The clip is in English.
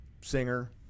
singer